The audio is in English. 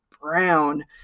brown